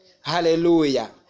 Hallelujah